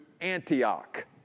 Antioch